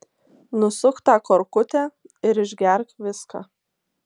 nusuk tą korkutę ir išgerk viską